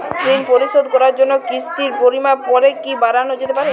ঋন পরিশোধ করার জন্য কিসতির পরিমান পরে কি বারানো যেতে পারে?